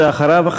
ואחריו,